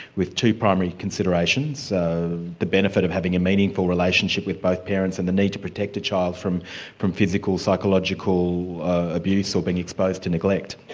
with two primary considerations the benefit of having a meaningful relationship with both parents, and the need to protect a child from from physical, psychological abuse, or being exposed to neglect.